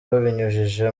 babinyujije